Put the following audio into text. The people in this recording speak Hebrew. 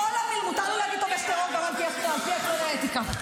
--- מותר לי להגיד תומך טרור על פי כללי האתיקה.